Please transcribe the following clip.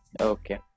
Okay